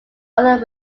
other